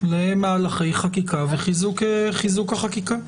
במהלכי חקיקה וחיזוק החקיקה.